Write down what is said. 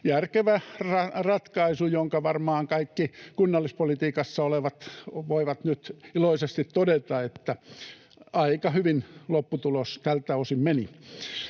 järkevä ratkaisu, josta varmaan kaikki kunnallispolitiikassa olevat voivat nyt iloisesti todeta, että aika hyvin lopputulos tältä osin meni.